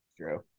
True